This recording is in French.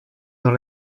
dans